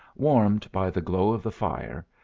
warmed by the glow of the fire,